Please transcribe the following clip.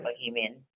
bohemian